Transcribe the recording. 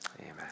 amen